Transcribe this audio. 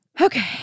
Okay